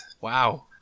Wow